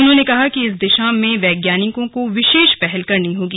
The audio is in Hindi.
उन्होंने कहा कि इस दिशा में वैज्ञानिकों को विशेष पहल करनी होगी